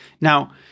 Now